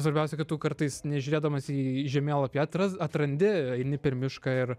svarbiausia kad tu kartais nežiūrėdamas į žemėlapį atras atrandi eini per mišką ir